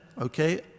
okay